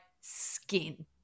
skin